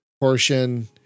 portion